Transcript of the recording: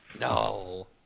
no